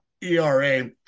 ERA